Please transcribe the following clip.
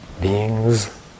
beings